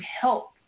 help